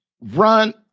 run